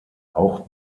auch